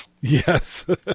Yes